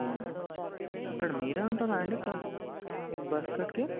అవునా ఇక్కడ మీరే ఉంటారా అండి హెడ్ బస్కట్కి